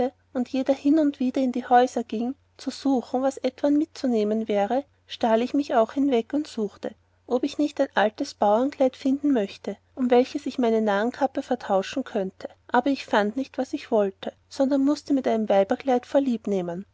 und jeder hin und wieder in die häuser gieng zu suchen was etwan mitzunehmen wäre stahl ich mich auch hinweg und suchte ob ich nicht ein altes baurenkleid finden möchte um welches ich meine narrnkappe vertauschen könnte aber ich fand nicht was ich wollte sondern mußte mit einem weiberkleid vorliebnehmen